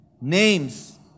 names